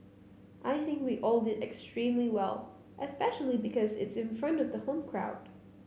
I think we all did extremely well especially because it's in front of the home crowd